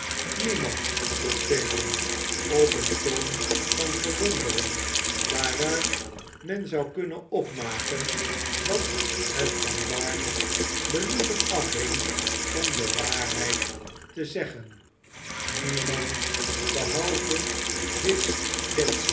niemand vroeg fagin op een toon van verwondering waaruit men zou kunnen opmaken dat het van barney's believen afhing om de waarheid te zeggen niemand behalve